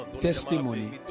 testimony